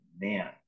man